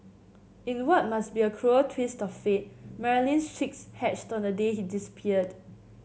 in what must be a cruel twist of fate Marilyn's chicks hatched on the day he disappeared